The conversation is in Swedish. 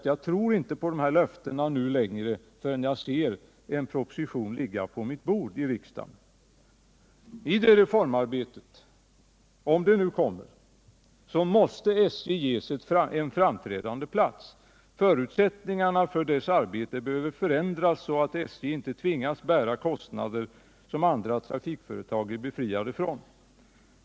Jag tror inte längre på löftena förrän jag ser en proposition ligga på mitt bord. Men om det kommer en reform, måste SJ ges en framträdande plats. Förutsättningarna för dess arbete behöver förändras så att SJ inte tvingas bära kostnader som andra trafikföretag är befriade från.